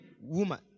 woman